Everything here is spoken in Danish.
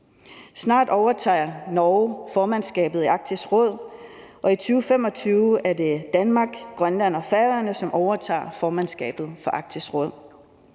Snart overtager Norge formandskabet i Arktisk Råd, og i 2025 er det Danmark, Grønland og Færøerne, som overtager formandskabet i Arktisk Råd,